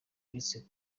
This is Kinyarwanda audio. uretse